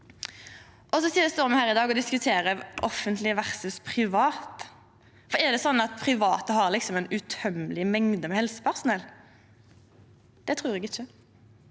me òg står her i dag og diskuterer offentleg versus privat: Er det sånn at private liksom har ei utømmeleg mengde med helsepersonell? Det trur eg ikkje.